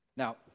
Now